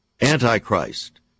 Antichrist